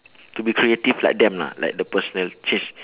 to be creative like them lah like the personality change